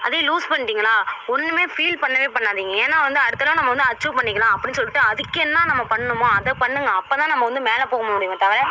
அதே லூஸ் பண்ணிட்டிங்களா ஒன்றுமே ஃபீல் பண்ணவே பண்ணாதீங்க ஏன்னா வந்து அடுத்தரவ நம்ம வந்து அச்சீவ் பண்ணிக்கலாம் அப்படின்னு சொல்லிட்டு அதுக்கு என்ன நம்ம பண்ணுமோ அதை பண்ணுங்கள் அப்போ தான் நம்ம வந்து மேலே போக முடியுமே தவிர